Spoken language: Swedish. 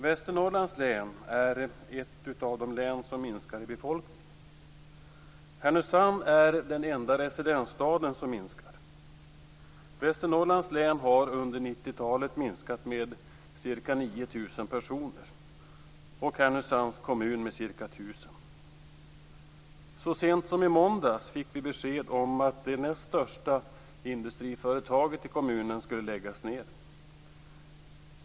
Västernorrlands län är ett av de län som minskar i befolkning. Härnösand är den enda residensstaden som minskar. Västernorrlands län har under 90-talet minskat med ca 9 000 personer och Härnösands kommun med ca 1 000. Så sent som i måndags fick vi besked om att det näst största industriföretaget i kommunen skulle läggas ned.